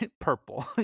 purple